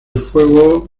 fuego